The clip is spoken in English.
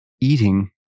eating